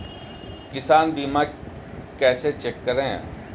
किसान बीमा कैसे चेक करें?